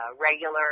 regular